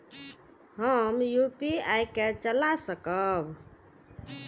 हम यू.पी.आई के चला सकब?